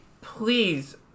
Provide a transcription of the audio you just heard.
please